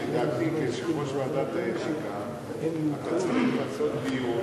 כיושב-ראש ועדת האתיקה אתה צריך לעשות דיון